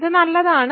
ഇത് നല്ലതാണ്